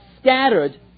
scattered